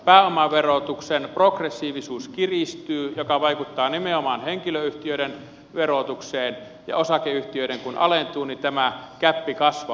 pääomaverotuksen progressiivisuus kiristyy mikä vaikuttaa nimenomaan henkilöyhtiöiden verotukseen ja kun osakeyhtiöiden alentuu niin tämä gäppi kasvaa